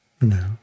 No